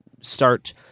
start